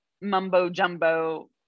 mumbo-jumbo